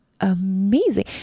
amazing